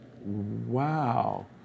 Wow